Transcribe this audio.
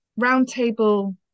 roundtable